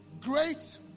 Great